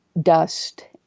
dust